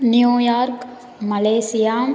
New York Malaysia